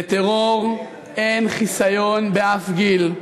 לטרור אין חיסיון באף גיל.